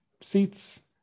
seats